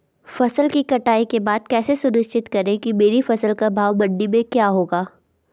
फसल की कटाई के बाद कैसे सुनिश्चित करें कि मेरी फसल का भाव मंडी में क्या होगा?